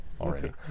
already